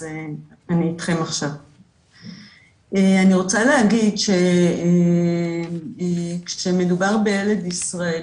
אני רוצה להגיד שכשמדובר בילד ישראלי,